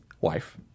wife